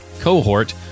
Cohort